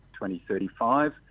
2035